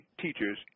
teachers